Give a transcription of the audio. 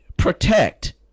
protect